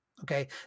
okay